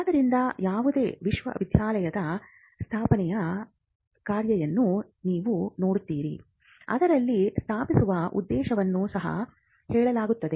ಆದ್ದರಿಂದ ಯಾವುದೇ ವಿಶ್ವವಿದ್ಯಾಲಯದ ಸ್ಥಾಪನೆಯ ಕಾಯ್ದೆಯನ್ನು ನೀವು ನೋಡುತ್ತೀರಿ ಅದರಲ್ಲಿ ಸ್ಥಾಪಿಸುವ ಉದ್ದೇಶವನ್ನು ಸಹ ಹೇಳಲಾಗುತ್ತದೆ